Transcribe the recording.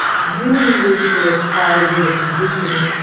dealing with a child with a condition